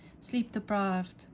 sleep-deprived